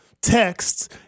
texts